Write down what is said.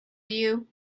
you